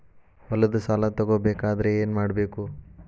ಹೊಲದ ಸಾಲ ತಗೋಬೇಕಾದ್ರೆ ಏನ್ಮಾಡಬೇಕು?